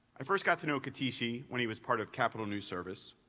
i first got to know katishi when he was part of capital news service.